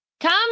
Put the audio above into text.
come